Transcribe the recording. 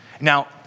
Now